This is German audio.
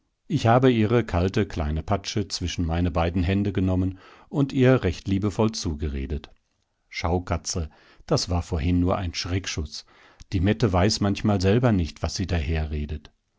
ich habe ihre kalte kleine patsche zwischen meine beiden hände genommen und ihr recht liebevoll zugeredet schau katzel das war vorhin nur ein schreckschuß die mette weiß manchmal selber nicht was sie daher redet